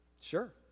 Sure